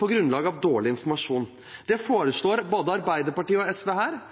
på grunnlag av dårlig informasjon. Det foreslår både Arbeiderpartiet og SV her,